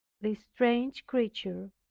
this strange creature,